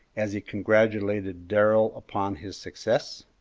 as he congratulated darrell upon his success.